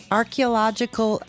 archaeological